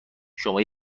شما